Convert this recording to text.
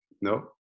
no